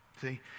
See